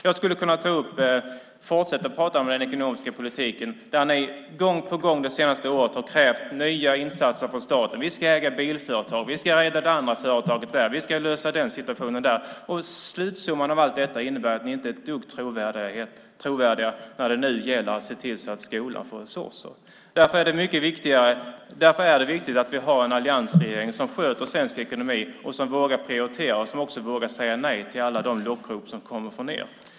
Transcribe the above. Jag skulle kunna fortsätta att prata om den ekonomiska politiken där ni gång på gång det senaste året har krävt nya insatser från staten. Vi ska äga bilföretag, vi ska äga ett och annat företag, vi ska lösa den och den frågan. Slutsumman av allt detta är att ni inte är ett dugg trovärdiga när det gäller att se till att skolan får resurser. Därför är det viktigt att vi har en alliansregering som sköter svensk ekonomi, som vågar prioritera och vågar säga nej till alla de lockrop som kommer från er.